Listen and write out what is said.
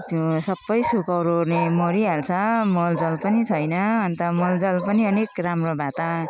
त्यो सबै सुकौरोले मरिहाल्छ मलजल पनि छैन अनि त मलजल पनि अलिक राम्रो भए त